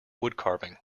woodcarving